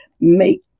make